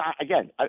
again